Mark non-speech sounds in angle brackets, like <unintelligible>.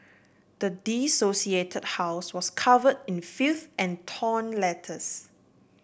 the <unintelligible> house was cover in filth and torn letters